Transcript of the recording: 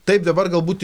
taip dabar galbūt